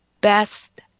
best